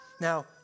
Now